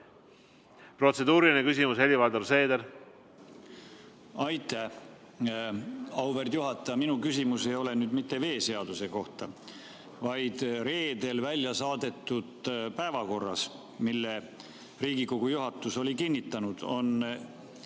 Protseduuriline küsimus, Helir-Valdor Seeder. Aitäh, auväärt juhataja! Minu küsimus ei ole mitte veeseaduse kohta, vaid reedel välja saadetud päevakorra kohta, mille Riigikogu juhatus on kinnitanud. Seal on